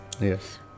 yes